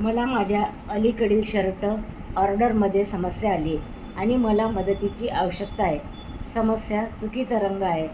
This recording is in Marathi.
मला माझ्या अलीकडील शर्ट ऑर्डरमध्ये समस्या आली आणि मला मदतीची आवश्यकता आहे समस्या चुकीचा रंग आहे